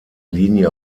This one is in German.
linie